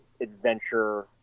adventure